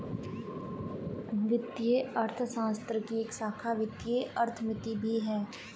वित्तीय अर्थशास्त्र की एक शाखा वित्तीय अर्थमिति भी है